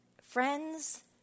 Friends